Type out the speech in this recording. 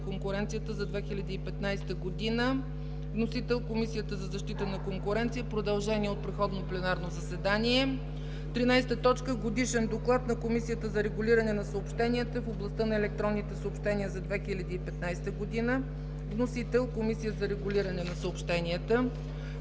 конкуренцията за 2015 г. Вносител е Комисията за защита на конкуренцията – продължение от предходно пленарно заседание. 13. Годишен доклад на Комисията за регулиране на съобщенията в областта на електронните съобщения за 2015 г. Вносител е Комисията за регулиране на съобщенията.